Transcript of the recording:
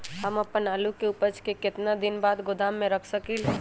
हम अपन आलू के ऊपज के केतना दिन बाद गोदाम में रख सकींले?